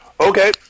Okay